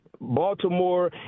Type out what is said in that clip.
Baltimore